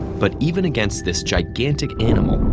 but even against this gigantic animal,